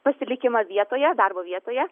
pasilikimą vietoje darbo vietoje